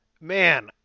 man